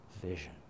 vision